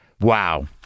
Wow